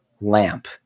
lamp